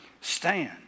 Stand